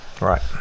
Right